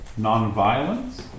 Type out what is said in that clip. nonviolence